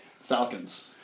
Falcons